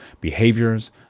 behaviors